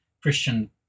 Christian